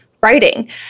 writing